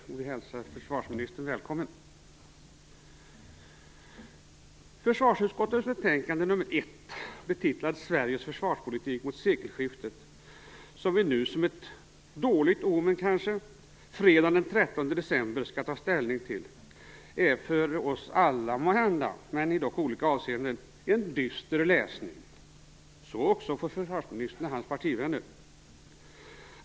Vi hälsar försvarsministern välkommen. Försvarsutskottets betänkande nr 1, betitlad Sveriges försvarspolitik mot sekelskiftet, som vi nu kanske som ett dåligt omen fredagen den 13 december skall ta ställning till, är måhända för oss alla, men dock i olika avseenden, en dyster läsning - så ock för försvarsministern och hans partivänner.